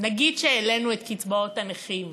נגיד שהעלינו את קצבאות הנכים,